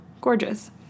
gorgeous